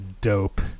dope